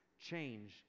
change